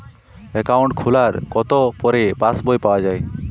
Account খোলার কতো পরে পাস বই পাওয়া য়ায়?